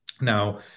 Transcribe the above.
Now